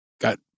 got